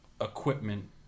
equipment